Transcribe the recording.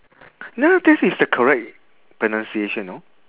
no that is the correct pronunciation no